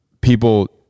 people